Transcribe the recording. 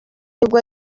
nibwo